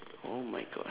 oh my god